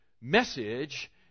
message